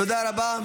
תודה רבה.